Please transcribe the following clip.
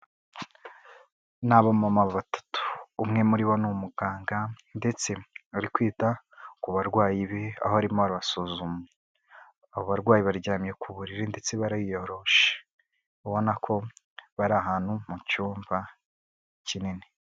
Ni aba mama batatu umwe muri bo ni umuganga ndetse ari kwita ku barwayi be aho arimo arabasuzuma, abo barwayi baryamye ku buriri ndetse bariyoroshe ubona ko bari ahantu mu cyumba kinini.